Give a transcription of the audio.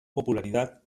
popularidad